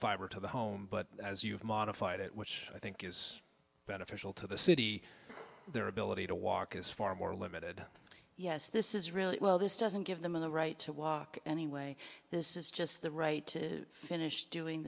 fiber to the home but as you've modified it which i think is beneficial to the city their ability to walk is far more limited yes this is really well this doesn't give them the right to walk anyway this is just the right to finish doing